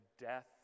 death